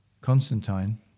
Constantine